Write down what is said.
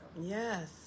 Yes